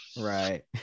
Right